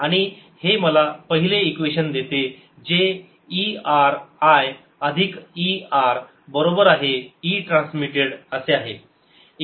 आणि हे मला पहिले इक्वेशन देते जे er I अधिक e r बरोबर आहे e ट्रान्समिटेड असे आहे